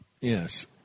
Yes